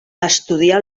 estudià